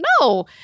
no